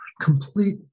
complete